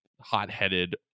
hot-headed